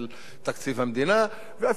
ואפילו בעניין שהוא לא קרוב ללבי,